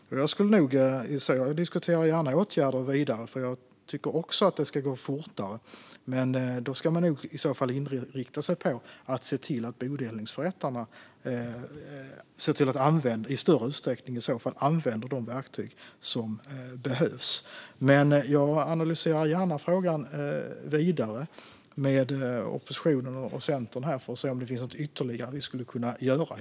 Jag diskuterar gärna åtgärder vidare, för jag tycker också att det ska gå fortare. Men då ska man nog i så fall inrikta sig på att se till att bodelningsförrättarna i större utsträckning använder de verktyg som behövs. Jag analyserar gärna frågan vidare med oppositionen och Centern för att se om det finns något ytterligare vi skulle kunna göra.